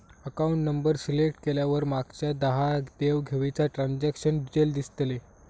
account number select केल्यावर मागच्या दहा देव घेवीचा ट्रांजॅक्शन डिटेल दिसतले